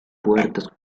puertas